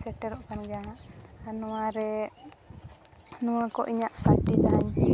ᱥᱮᱴᱮᱨᱚᱜ ᱠᱟᱱ ᱜᱮᱭᱟ ᱱᱟᱦᱟᱸᱜ ᱟᱨ ᱱᱚᱣᱟ ᱨᱮ ᱱᱚᱣᱟ ᱠᱚ ᱤᱧᱟᱹᱜ ᱯᱟᱨᱴᱤ ᱡᱟᱦᱟᱸᱧ